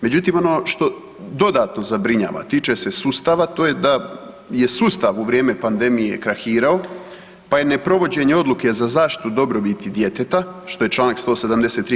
Međutim, ono što dodatno zabrinjava tiče se sustava, to je da je sustav u vrijeme pandemije krahirao pa je neprovođenje odluke za zaštitu dobrobiti djeteta što je Članka 173.